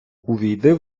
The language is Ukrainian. увійди